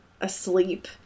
asleep